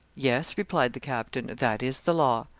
yes, replied the captain, that is the law.